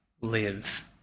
live